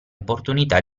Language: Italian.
opportunità